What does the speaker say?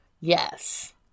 yes